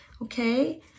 okay